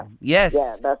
Yes